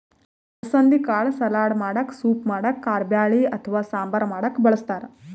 ಅಲಸಂದಿ ಕಾಳ್ ಸಲಾಡ್ ಮಾಡಕ್ಕ ಸೂಪ್ ಮಾಡಕ್ಕ್ ಕಾರಬ್ಯಾಳಿ ಅಥವಾ ಸಾಂಬಾರ್ ಮಾಡಕ್ಕ್ ಬಳಸ್ತಾರ್